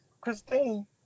Christine